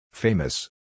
Famous